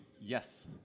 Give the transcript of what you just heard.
Yes